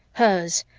hers,